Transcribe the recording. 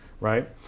right